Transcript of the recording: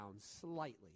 slightly